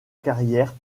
carrière